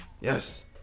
yes